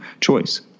choice